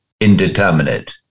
indeterminate